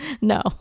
No